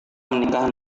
menikah